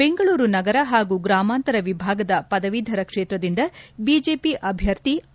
ಬೆಂಗಳೂರು ನಗರ ಹಾಗೂ ಗ್ರಾಮಾಂತರ ವಿಭಾಗದ ಪದವೀದರ ಕ್ಷೇತ್ರದಿಂದ ಬಿಜೆಪಿ ಅಭ್ವರ್ಥಿ ಎ